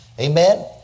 Amen